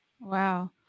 Wow